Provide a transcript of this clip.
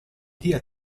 dia